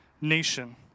nation